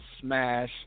smash